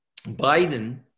Biden